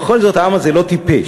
בכל זאת, העם הזה לא טיפש.